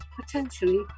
potentially